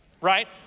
right